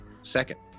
second